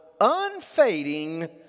unfading